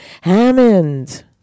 Hammond